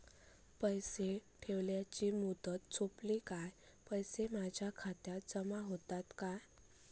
पैसे ठेवल्याची मुदत सोपली काय पैसे माझ्या खात्यात जमा होतात काय?